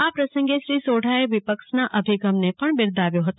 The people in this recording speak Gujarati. આ પ્રસંગે શ્રી સોઢા એ વિપક્ષના અભિગમને પણ બિરદાવ્યો હતો